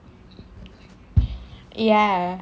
ya